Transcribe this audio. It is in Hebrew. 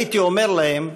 הייתי אומר להם: